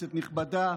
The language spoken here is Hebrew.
כנסת נכבדה,